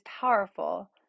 powerful